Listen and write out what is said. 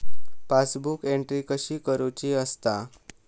Passbook entry कशी करुची असता?